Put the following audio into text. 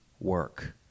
work